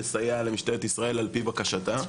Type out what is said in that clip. לסייע למשטרת ישראל על פי בקשתה.